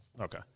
Okay